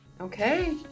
okay